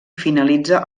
finalitza